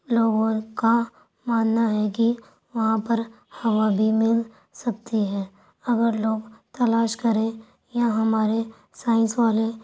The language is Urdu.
لوگوں کا ماننا ہے کہ وہاں پر ہوا بھی مل سکتی ہے اگر لوگ تلاش کریں یا ہمارے سائنس والے